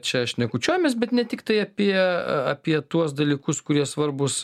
čia šnekučiuojamės bet ne tiktai apie apie tuos dalykus kurie svarbūs